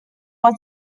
was